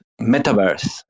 metaverse